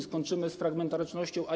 Skończymy z fragmentarycznością A1.